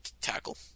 tackle